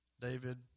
David